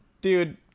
Dude